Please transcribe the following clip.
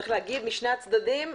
משני הצדדים,